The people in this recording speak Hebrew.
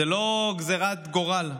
זה לא גזרת גורל.